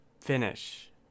finish